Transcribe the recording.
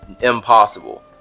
impossible